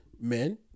men